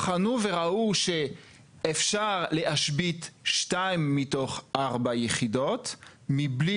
בחנו וראו שאפשר להשבית שתיים מתוך ארבע היחידות מבלי